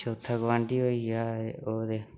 चौथा गोआंढी होई गेआ ओह् ते